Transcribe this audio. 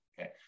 Okay